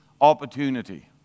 opportunity